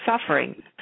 suffering